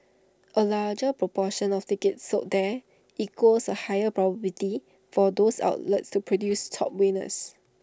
A larger proportion of tickets sold there equals A higher probability for those outlets to produce top winners